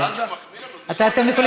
אבל עד שהוא מחמיא לנו, תני לו.